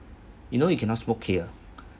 you know you cannot smoke here